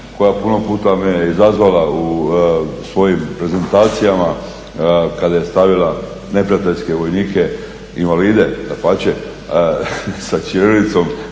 koja puno puta me izazvala u svojim prezentacijama kada je stavila neprijateljske vojnike, invalide, dapače sa ćirilicom